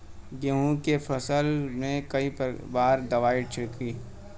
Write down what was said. गेहूँ के फसल मे कई बार दवाई छिड़की?